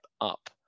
up